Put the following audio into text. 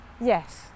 Yes